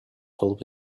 filled